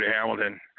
Hamilton